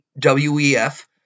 WEF